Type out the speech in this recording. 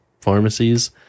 pharmacies